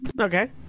Okay